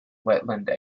wetland